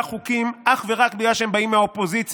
חוקים אך ורק בגלל שהם באים מהאופוזיציה,